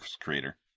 creator